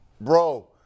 bro